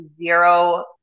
zero